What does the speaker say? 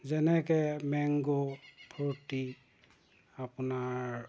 যেনেকৈ mango Frooti আপোনাৰ